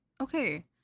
Okay